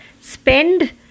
spend